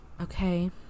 Okay